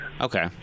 Okay